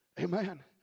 Amen